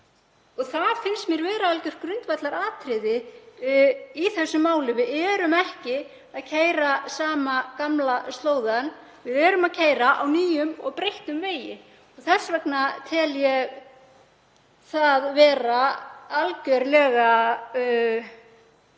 Það finnst mér vera algjört grundvallaratriði í þessum málum. Við erum ekki að keyra sama gamla slóðann, við erum að keyra á nýjum og breyttum vegi. Þess vegna tel ég það ekki bara